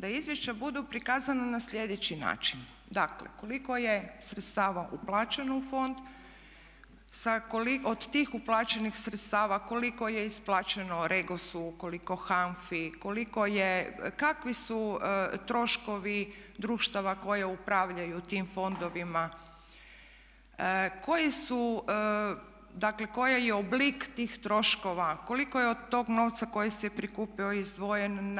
Da izvješća budu prikazana na slijedeći način, dakle koliko je sredstava uplaćeno u fond, od tih uplaćenih sredstava koliko je isplaćeno REGOS-u, koliko HANFA-i, koliko je, kakvi su troškovi društava koje upravljaju tim fondovima, koji su, dakle koji je oblik tih troškova, koliko je od tog novca koji se prikupio izdvojen